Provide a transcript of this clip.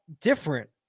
different